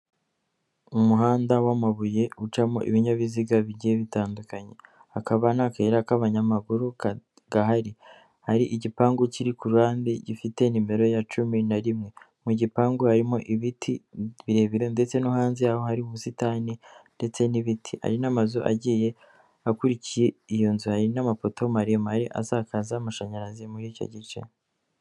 Umuhanda w'amabuye ucamo ibinyabiziga bigiye bitandukanye, hakaba n'akayira k'abanyamaguru gahari, hari igipangu kiri ku ruhande gifite nimero ya cumi na rimwe, mu gipangu harimo ibiti birebire ndetse no hanze yaho hari ubusitani ndetse n'ibiti, hari n'amazu agiye akurikikira iyo nzu hari n'amapoto maremare asakaza amashanyarazi muri icyo gice.